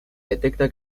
detecta